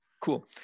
Cool